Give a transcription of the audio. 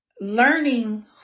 learning